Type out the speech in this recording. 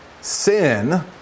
sin